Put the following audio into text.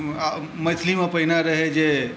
अँअँ मैथिलीमे पहिने रहै जे